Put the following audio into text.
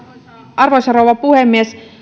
arvoisa rouva puhemies